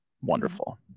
Wonderful